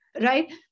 right